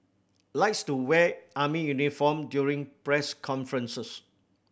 likes to wear army uniform during press conferences